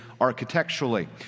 architecturally